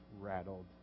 rattled